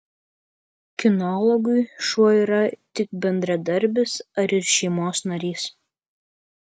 kinologui šuo yra tik bendradarbis ar ir šeimos narys